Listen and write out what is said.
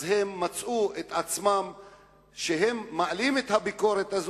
הם מצאו את עצמם מעלים את הביקורת,